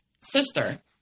sister